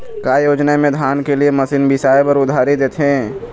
का योजना मे धान के लिए मशीन बिसाए बर उधारी देथे?